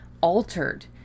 altered